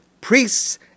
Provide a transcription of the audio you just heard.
priests